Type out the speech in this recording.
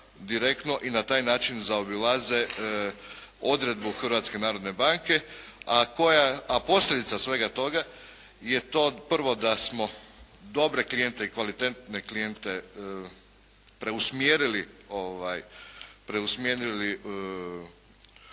direktno i na taj način zaobilaze odredbu Hrvatske narodne banke, a koja, a posljedica svega toga je to prvo da smo dobre klijente i kvalitetne klijente preusmjerili